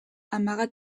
amaga